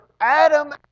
Adam